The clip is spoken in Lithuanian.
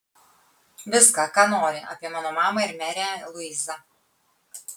viską ką nori apie mano mamą ir merę luizą